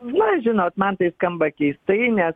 na žinot man tai skamba keistai nes